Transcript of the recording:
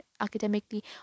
academically